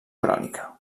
crònica